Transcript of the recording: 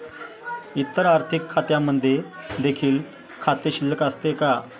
इतर आर्थिक खात्यांमध्ये देखील खाते शिल्लक असते का?